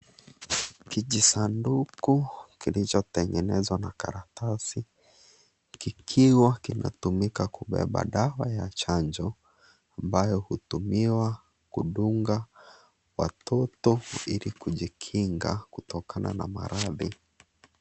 Kijisanduku kilichotengenezwa na karatasi. Kikiwa kinatumika kubeba dawa ya chanjo. Ambayo hutumiwa kudunga watoto ili kujikinga kutokana na maradhi.